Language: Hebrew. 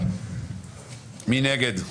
מי נגד?